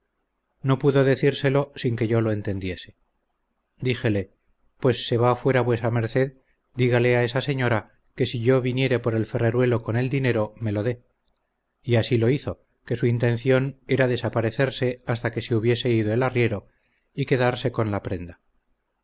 no pudo decírselo sin que yo lo entendiese díjele pues se va fuera vuesa merced dígale a esa señora que si yo viniere por el ferreruelo con el dinero me lo dé y así lo hizo que su intención era desaparecerse hasta que se hubiese ido el arriero y quedarse con la prenda